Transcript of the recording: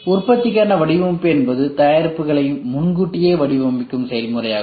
உற்பத்திக்கான வடிவமைப்பு என்பது தயாரிப்புகளையும் முன்கூட்டியே வடிவமைக்கும் செயல்முறையாகும்